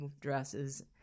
dresses